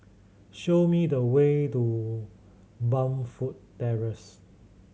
show me the way to Burnfoot Terrace